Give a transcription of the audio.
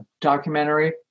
documentary